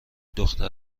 دختر